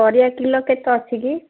ପରିବା କିଲୋ କେତେ ଅଛି କି